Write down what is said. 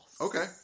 okay